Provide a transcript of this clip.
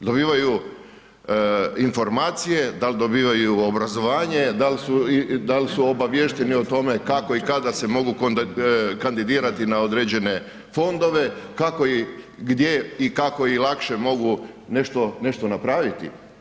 Dobivaju informacije, dal dobivaju obrazovanje, dal su obaviješteni o tome kako i kako se mogu kandidirati na određene fondove, kako i gdje i kako lakše mogu nešto napraviti?